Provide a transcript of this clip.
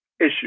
issue